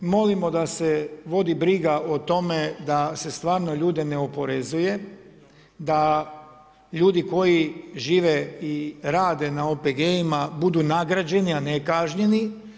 Molimo da se vodi briga o tome da se stvarno ljude ne oporezuje, da ljudi koji žive i rade na OPG-ima budu nagrađeni a ne kažnjeni.